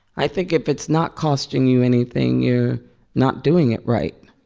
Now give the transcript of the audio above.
i think if it's not costing you anything, you're not doing it right.